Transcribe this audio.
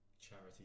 charity